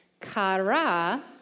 kara